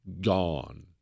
gone